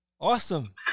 awesome